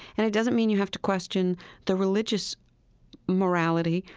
and it doesn't mean you have to question the religious morality,